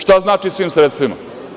Šta znači svim sredstvima?